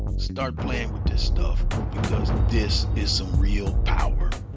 start playing with this stuff, because this is some real power.